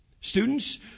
Students